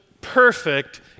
perfect